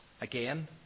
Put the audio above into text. Again